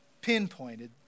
pinpointed